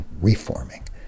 reforming